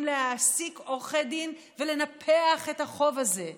להעסיק עורכי דין ולנפח את החוב הזה.